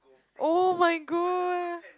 [oh]-my-god